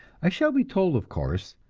i shall be told, of course,